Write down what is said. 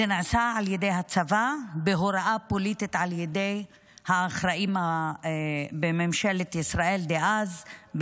זה נעשה על ידי הצבא בהוראה פוליטית על ידי האחראים בממשלת ישראל דאז,